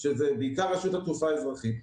שזה בעיקר רשות התעופה האזרחית,